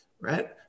right